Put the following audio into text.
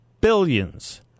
billions